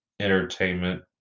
entertainment